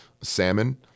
salmon